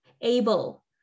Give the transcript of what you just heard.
able